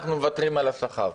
אנחנו מוותרים על השכר.